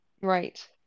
right